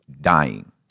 dying